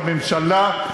בממשלה.